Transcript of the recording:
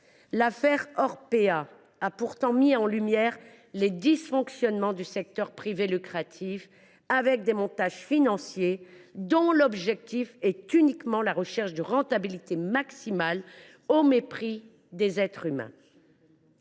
L’affaire Orpea a pourtant mis en lumière les dysfonctionnements du secteur privé lucratif, avec des montages financiers ayant pour seul objectif la recherche d’une rentabilité maximale, au mépris des êtres humains.